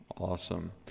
awesome